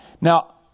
Now